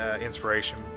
inspiration